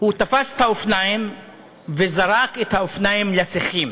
הוא תפס את האופניים וזרק את האופניים לשיחים,